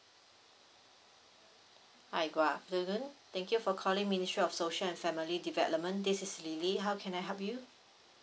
hi good afternoon thank you for calling ministry of social and family development this is L I L Y how can I help you